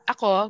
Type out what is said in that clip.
Ako